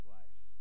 life